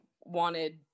wanted